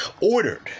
ordered